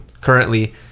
currently